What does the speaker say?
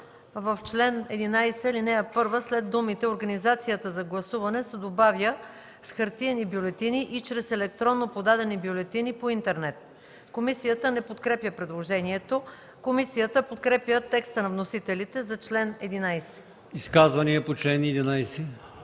„В чл.11, ал.1 след думите „организацията за гласуване“ се добавя „с хартиени бюлетини и чрез електронно подадени бюлетини по интернет“.” Комисията не подкрепя предложението. Комисията подкрепя текста на вносителите за чл. 11. ПРЕДСЕДАТЕЛ АЛИОСМАН